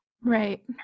Right